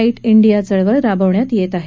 डि डिया चळवळ राबवण्यात येत आहे